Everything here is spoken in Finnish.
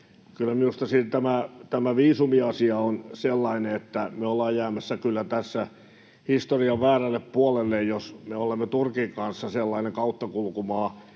kyllä minusta tämä viisumiasia on sellainen, että me ollaan jäämässä kyllä tässä historian väärälle puolelle, jos me olemme Turkin kanssa sellainen kauttakulkumaa